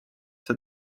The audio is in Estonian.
see